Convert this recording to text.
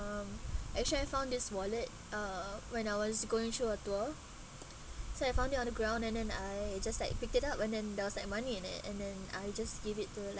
um actually I found this wallet uh when I was going through a tour so I found it on the ground and then I just like picked it up and then there was like money in it and then I just give it to like